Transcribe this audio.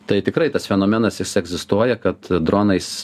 tai tikrai tas fenomenas jis egzistuoja kad dronais